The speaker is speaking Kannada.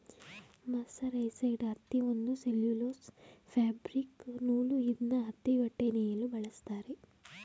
ಮರ್ಸರೈಸೆಡ್ ಹತ್ತಿ ಒಂದು ಸೆಲ್ಯುಲೋಸ್ ಫ್ಯಾಬ್ರಿಕ್ ನೂಲು ಇದ್ನ ಹತ್ತಿಬಟ್ಟೆ ನೇಯಲು ಬಳಸ್ತಾರೆ